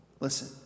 Listen